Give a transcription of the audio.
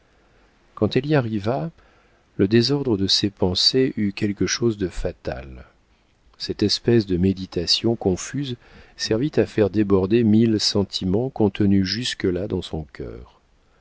quand elle y arriva le désordre de ses pensées eut quelque chose de fatal cette espèce de méditation confuse servit à faire déborder mille sentiments contenus jusque-là dans son cœur